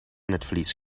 netvlies